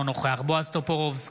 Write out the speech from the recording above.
אינו נוכח בועז טופורובסקי,